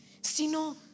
sino